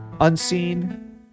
unseen